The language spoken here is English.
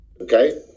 Okay